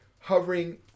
hovering